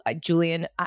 Julian